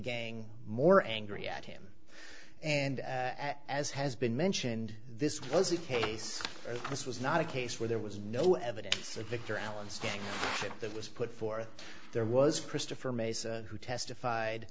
gang more angry at him and as has been mentioned this was the case this was not a case where there was no evidence of victor allen's gang that was put forth there was christopher mason who testified